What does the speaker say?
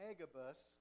Agabus